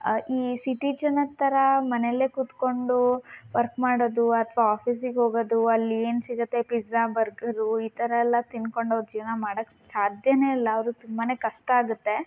ಈ ಸಿಟಿ ಜನದ ಥರ ಮನೆಯಲ್ಲೇ ಕುತ್ಕೊಂಡು ವರ್ಕ್ ಮಾಡೋದು ಅಥವಾ ಆಫೀಸಿಗೆ ಹೋಗೋದು ಅಲ್ಲಿ ಏನು ಸಿಗುತ್ತೆ ಪಿಝಾ ಬರ್ಗರು ಈ ಥರ ಎಲ್ಲ ತಿನ್ಕೊಂಡು ಅವ್ರು ಜೀವನ ಮಾಡಕ್ಕೆ ಸಾಧ್ಯನೇ ಇಲ್ಲ ಅವರು ತುಂಬಾ ಕಷ್ಟ ಆಗುತ್ತೆ